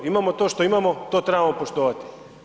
Imamo to što imamo, to trebamo poštovati.